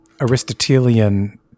Aristotelian